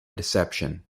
deception